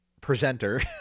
presenter